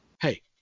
Hey